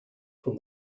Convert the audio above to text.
from